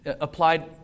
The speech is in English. applied